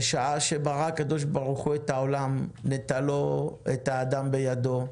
בשעה שברא הקדוש ברוך הוא את העולם נטלו את האדם בידו,